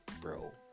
bro